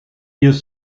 ils